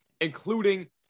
including